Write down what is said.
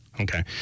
Okay